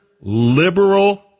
liberal